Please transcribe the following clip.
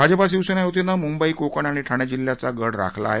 भाजपं शिवसेना युतीने मुंबई कोकण आणि ठाणे जिल्ह्याचा गड राखला आहे